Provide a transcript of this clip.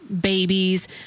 babies